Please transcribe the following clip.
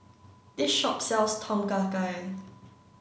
this shop sells Tom Kha Gai